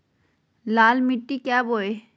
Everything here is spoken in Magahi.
लाल मिट्टी क्या बोए?